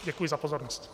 Děkuji za pozornost.